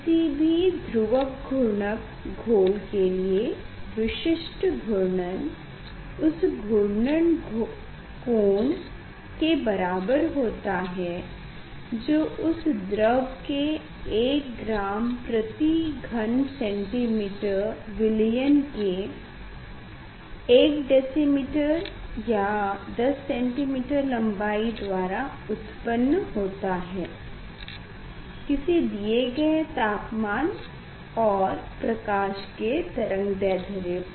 किसी भी ध्रुवक घूर्णक घोल के लिए विशिष्ट घूर्णन उस घूर्णन कोण के बराबर होता है जो उस द्रव के 1ग्रामघनसेंटीमीटर विलयन के 1डेसीमिटर या 10 सेंटीमीटर लम्बाई द्वारा उत्पन्न होता है किसी दिये गए तापमान और प्रकाश के तरंगदैध्र्र्य पर